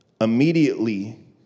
Immediately